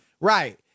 Right